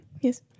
Yes